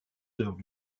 heures